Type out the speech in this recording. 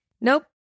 nope